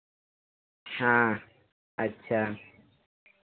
हाँ अच्छा